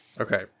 Okay